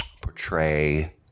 portray